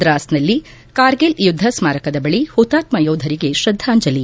ದ್ರಾಸ್ನಲ್ಲಿ ಕಾರ್ಗಿಲ್ ಯುದ್ದ ಸ್ವಾರಕದ ಬಳಿ ಹುತಾತ್ನ ಯೋಧರಿಗೆ ಶ್ರದ್ದಾಂಜಲಿ